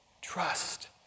Trust